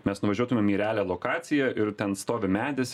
mes nuvažiuotumėm į realią lokaciją ir ten stovi medis